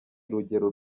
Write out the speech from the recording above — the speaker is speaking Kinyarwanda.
urugero